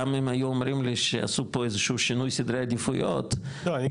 גם אם היו אומרים לי שעשו פה איזה שינוי סדרי עדיפויות --- לא,